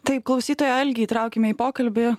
taip klausytoją algį įtraukiame į pokalbį